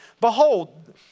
behold